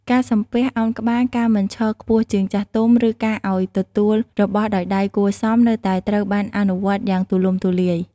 ការ សំពះ ឱនក្បាល ការមិនឈរខ្ពស់ជាងចាស់ទុំ ឬការឲ្យទទួលរបស់ដោយដៃគួរសម នៅតែត្រូវបានអនុវត្តយ៉ាងទូលំទូលាយ។